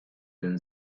been